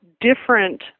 different